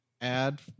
add